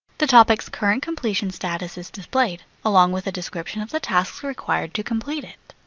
the topic's current completion status is displayed, along with a description of the tasks required to complete it.